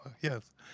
Yes